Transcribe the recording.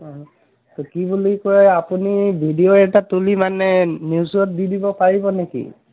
কি বুলি কয় আপুনি ভিডিঅ' এটা তুলি মানে নিউজত দি দিব পাৰিব নেকি